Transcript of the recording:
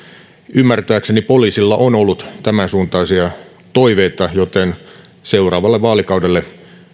ymmärtääkseni poliisilla on ollut tämänsuuntaisia toiveita joten seuraavalle vaalikaudelle